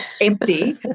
empty